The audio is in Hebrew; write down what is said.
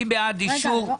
מי בעד אישור?